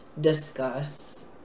discuss